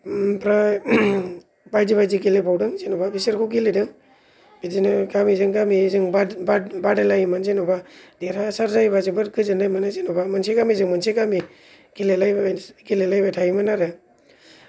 ओमफ्राय बायदि बायदि गेलेबावदों जेन'बा बिसोरखौ गेलेदों बिदिनो गामिजों गामि बाद बाद बादायलायोमोन जेन'बा देरहासात जायोब्ला जोबोर गोजोननाय मोनो जेन'बा मोनसे गामिजों मोनसे गामि गेलेलायबाय थायोमोन आरो